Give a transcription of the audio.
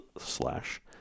slash